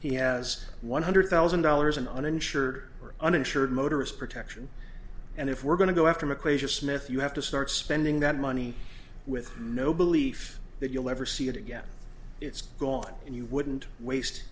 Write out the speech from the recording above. he has one hundred thousand dollars in uninsured or uninsured motorist protection and if we're going to go after mccuaig of smith you have to start spending that money with no belief that you'll ever see it again it's gone and you wouldn't waste